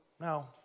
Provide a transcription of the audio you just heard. No